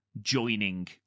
joining